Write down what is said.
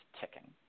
ticking